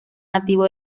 nativo